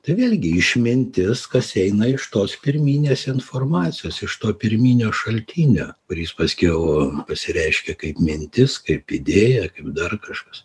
tai vėlgi išmintis kas eina iš tos pirminės informacijos iš to pirminio šaltinio kuris paskiau pasireiškia kaip mintis kaip idėja kaip dar kažkas